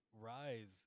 rise